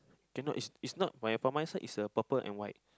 cannot is is not my for my side is a purple and white